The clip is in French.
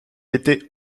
étais